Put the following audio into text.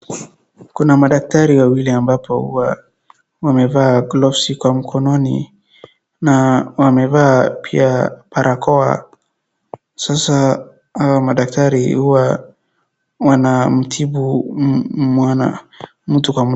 Kuna madaktari wawili ambapo wamevaa gloves kwa mkononi na wamevaa pia barakoa, sasa hawa madaktari huwa wanamtibu mwana mtu.